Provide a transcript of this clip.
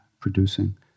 producing